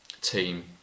team